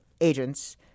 agents